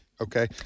Okay